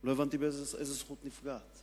לא הבנתי איזו זכות נפגעת.